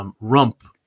rump